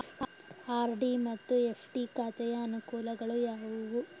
RD ಮತ್ತು FD ಖಾತೆಯ ಅನುಕೂಲಗಳು ಯಾವುವು?